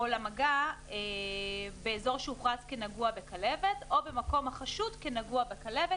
למגע באזור שהוכרז כנגוע בכלבת או במקום החשוד כנגוע בכלבת,